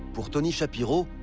of tony shapiro,